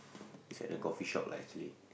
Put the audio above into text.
it's at a coffeeshop lah actually